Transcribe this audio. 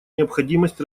необходимость